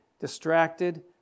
distracted